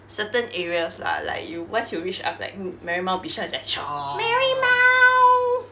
certain areas lah like you once you reach af~ like m~ marymount bishan it's like